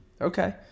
Okay